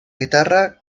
guitarra